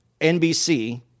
NBC